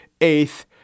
eighth